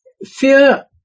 Fear